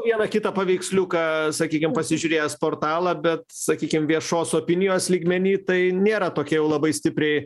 vieną kitą paveiksliuką sakykim pasižiūrėjęs portalą bet sakykim viešos opinijos lygmeny tai nėra tokia jau labai stipriai